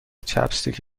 چاپستیک